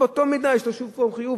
ובאותה מידה יש לו שוב פעם חיוב.